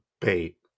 bait